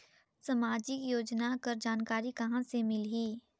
समाजिक योजना कर जानकारी कहाँ से मिलही?